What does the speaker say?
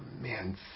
man